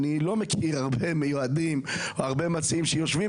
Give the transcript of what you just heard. אני לא מכיר הרבה מיועדים או הרבה מציעים שיושבים